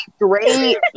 great